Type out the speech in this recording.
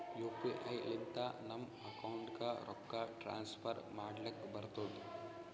you P I ಲಿಂತ ನಮ್ ಅಕೌಂಟ್ಗ ರೊಕ್ಕಾ ಟ್ರಾನ್ಸ್ಫರ್ ಮಾಡ್ಲಕ್ ಬರ್ತುದ್